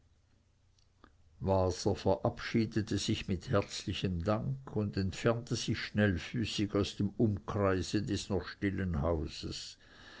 waser verabschiedete sich mit herzlichem danke und entfernte sich schnellfüßig aus dem umkreise des noch stillen hauses